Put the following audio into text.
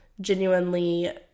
genuinely